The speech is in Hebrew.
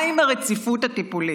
מה עם הרציפות הטיפולית?